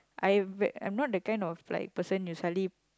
I'm I'm not the kind of like person you suddenly